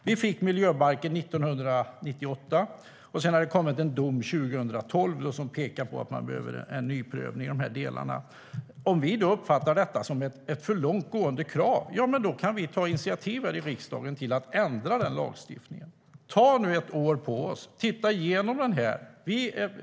Vi fick miljöbalken 1998. År 2012 kom sedan en dom som pekar på att det behövs en nyprövning i de här delarna. Om vi då uppfattar detta som ett för långtgående krav kan vi ta initiativ här i riksdagen till att ändra lagstiftningen. Vi kan ta ett år på oss att gå igenom lagstiftningen.